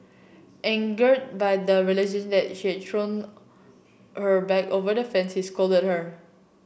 angered by the realisation that she had thrown her bag over the fence he scolded her